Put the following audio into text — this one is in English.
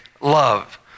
love